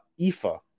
Ifa